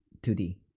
2D